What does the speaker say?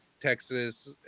Texas